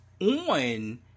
on